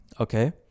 Okay